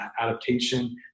adaptation